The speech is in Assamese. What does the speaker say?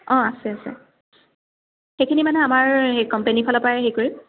অ' আছে আছে সেইখিনি মানে আমাৰ কোম্পানীৰ ফালৰ পৰাই হেৰি কৰিম